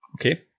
Okay